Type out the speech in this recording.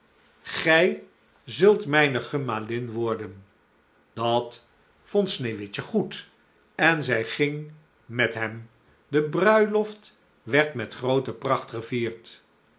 gij zult mijne gemalin worden dat vond sneeuwwitje goed en zij ging met hem de bruiloft werd met groote pracht gevierd